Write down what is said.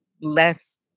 less